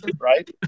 right